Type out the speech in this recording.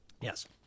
Yes